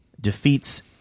defeats